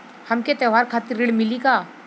हमके त्योहार खातिर ऋण मिली का?